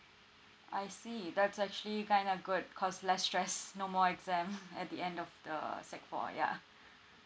I see that's actually kind of good cause less stress no more exam at the end of the sec four yeah